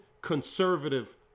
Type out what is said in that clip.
Conservative